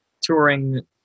touring